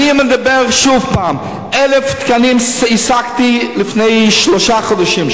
אני אומר שוב: 1,000 תקנים השגתי לפני שלושה חודשים,